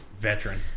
veteran